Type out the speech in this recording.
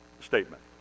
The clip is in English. statement